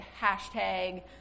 hashtag